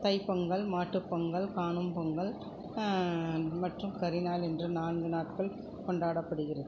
தைப்பொங்கல் மாட்டுப் பொங்கல் காணும் பொங்கல் மற்றும் கரிநாள் என்று நான்கு நாட்கள் கொண்டாடப்படுகிறது